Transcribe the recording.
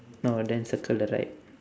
no then circle the right